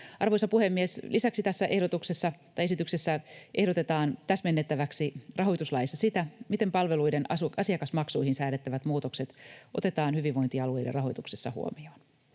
Arvoisa puhemies! Lisäksi tässä esityksessä ehdotetaan täsmennettäväksi rahoituslaissa sitä, miten palveluiden asiakasmaksuihin säädettävät muutokset otetaan hyvinvointialueiden rahoituksessa huomioon.